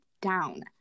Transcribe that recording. down